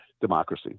democracy